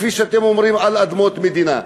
כפי שאתם אומרים, על אדמות מדינה,